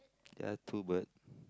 ya two bird